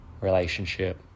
relationship